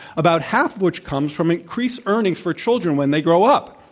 about half of which comes from increased earnings for children when they grow up.